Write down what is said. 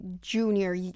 junior